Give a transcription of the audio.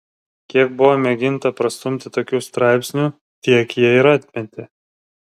kiek buvo mėginta prastumti tokių straipsnių tiek jie ir atmetė